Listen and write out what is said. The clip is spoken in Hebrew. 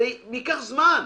ייקח זמן.